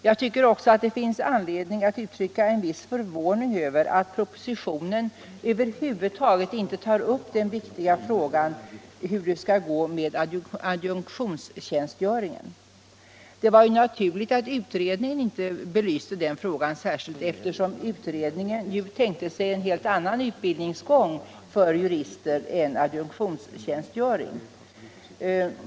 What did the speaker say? Jag tycker också att det finns anledning att uttrycka en viss förvåning över att propositionen över huvud taget inte tar upp den viktiga frågan hur det skall gå med adjunktionstjänstgöringen. Det var naturligt att utredningen inte belyste den frågan särskilt, eftersom utredningen ju tänkte sig en helt annan utbildningsgång för jurister än adjunktionstjänstgöring.